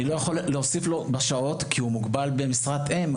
אני לא יכול להוסיף לו בשעות כי הוא מוגבל במשרת אם,